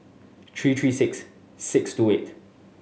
three three six six two eight